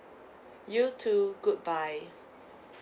you too good bye